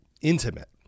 intimate